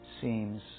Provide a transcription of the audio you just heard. seems